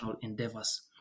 endeavors